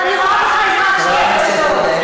ואני רואה בך אזרח שווה זכויות,